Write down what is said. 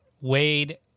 Wade